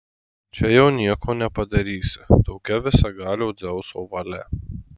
čia jau nieko nepadarysi tokia visagalio dzeuso valia